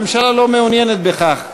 הממשלה לא מעוניינת בכך,